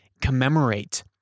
commemorate